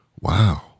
Wow